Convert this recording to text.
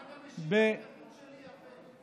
מה אתה משיב על ההתנגדות שלי, ארבל?